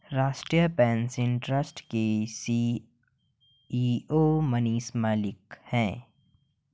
राष्ट्रीय pension trust के CEO Manish Malik है